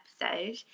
episode